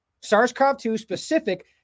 SARS-CoV-2-specific